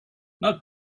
not